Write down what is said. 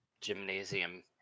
gymnasium